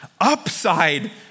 upside